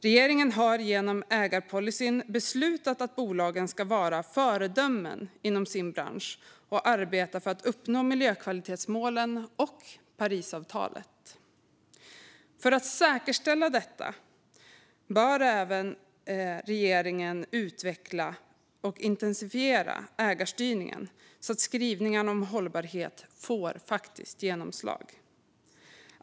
Regeringen har genom ägarpolicyn beslutat att bolagen ska vara föredömen inom sin bransch och arbeta för att uppnå miljökvalitetsmålen och Parisavtalet. För att säkerställa detta bör även regeringen utveckla och intensifiera ägarstyrningen så att skrivningarna om hållbarhet får faktiskt genomslag.